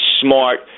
smart